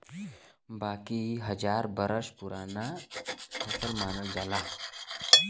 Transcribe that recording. बाकी इ हजार बरस पुराना फसल मानल जाला